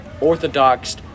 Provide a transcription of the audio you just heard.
Orthodox